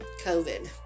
COVID